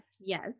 Yes